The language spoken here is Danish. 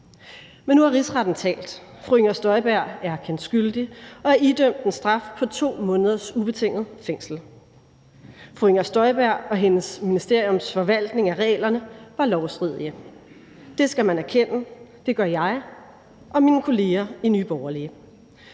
Men nu har Rigsretten talt. Fru Inger Støjberg er kendt skyldig og er idømt en straf på 2 måneders ubetinget fængsel. Fru Inger Støjberg og hendes ministeriums forvaltning af reglerne var lovstridige. Det skal man erkende. Det gør jeg og mine kolleger i Nye Borgerlige,